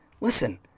Listen